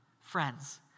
Friends